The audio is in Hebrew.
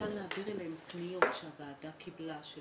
ניתן להעביר אליהם פניות שהוועדה קיבלה של